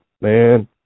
man